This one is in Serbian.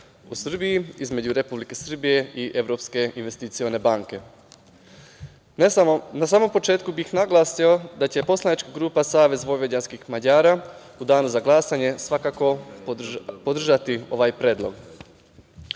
u Srbiji“ između Republike Srbije i Evropske investicione banke. Na samom početku bih naglasio da će poslanička grupa SVM u Danu za glasanje svakako podržati ovaj predlog. Ovaj